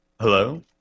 Hello